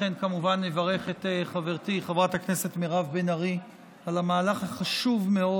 כמובן שאברך את חברתי חברת הכנסת מירב בן ארי על המהלך החשוב מאוד.